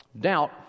doubt